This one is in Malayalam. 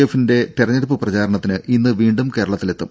എഫിന്റെ തെരഞ്ഞെടുപ്പ് പ്രചാരണത്തിന് ഇന്ന് വീണ്ടും കേരളത്തിലെത്തും